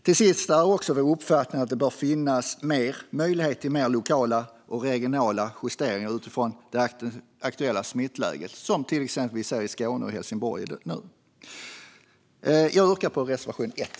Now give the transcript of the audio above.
Till sist är jag av uppfattningen att det bör finnas större möjligheter till lokala och regionala justeringar utifrån det aktuella smittläget, som till exempel nu i Helsingborg och övriga Skåne. Jag yrkar bifall till reservation 1.